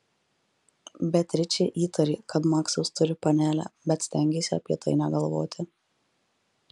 beatričė įtarė kad maksas turi panelę bet stengėsi apie tai negalvoti